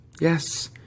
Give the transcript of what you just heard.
Yes